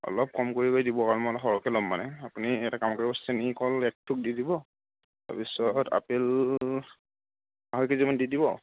অলপ কম কৰি কৰি দিব কাৰণ মই অলপ সৰহকৈ ল'ম মানে আপুনি এটা কাম কৰিব চেনীকল এক থোক দি দিব তাৰপিছত আপেল আঢ়ৈ কেজিমান দি দিব